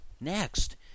Next